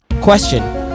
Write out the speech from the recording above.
question